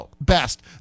best